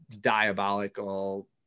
diabolical